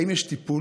האם יש טיפול?